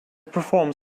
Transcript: performed